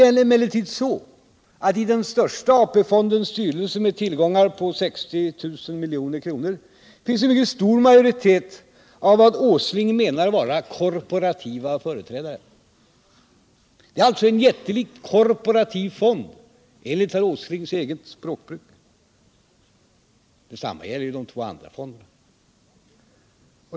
Nu är det emellertid så att i styrelsen för den största AP-fonden med tillgångar på 60 miljarder kronor finns en mycket stor majoritet av vad herr Åsling menar vara korporativa företrädare. Det är alltså en jättelik korporativ fond enligt herr Åslings eget språkbruk. Detsamma gäller de två andra fonderna.